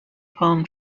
palm